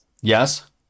yes